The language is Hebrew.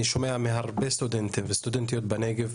אני שומע מהרבה סטודנטים וסטודנטיות בנגד,